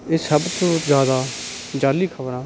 ਇਹ ਸਭ ਤੋਂ ਜ਼ਿਆਦਾ ਜਾਅਲੀ ਖਬਰਾਂ